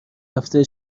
رفته